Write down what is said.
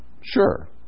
Sure